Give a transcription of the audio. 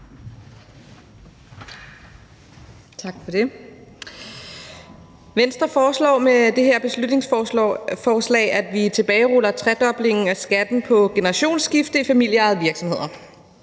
Tak for det. Venstre foreslår med det her beslutningsforslag, at vi tilbageruller tredoblingen af skatten på generationsskifte i familieejede virksomheder.